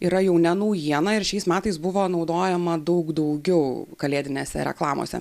yra jau ne naujiena ir šiais metais buvo naudojama daug daugiau kalėdinėse reklamose